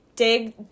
dig